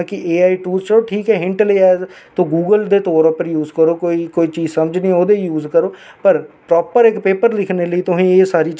मेरे मतलब अडीमीनस्टेरशन ने मिगी इन्ना स्पोर्ट कीता ना हद तू ज्यादा कि अपने बच्चे आंह्गर मतलब में कोई गलती बी होंदी ही ना ब्हालियै समझांदे हे बडे़ अज्ज साढ़े कटरे बिच